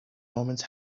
omens